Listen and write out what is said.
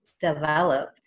developed